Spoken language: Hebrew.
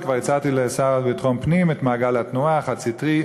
וכבר הצעתי לשר לביטחון פנים את מעגל התנועה החד-סטרי.